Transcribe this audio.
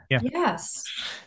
yes